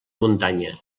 muntanya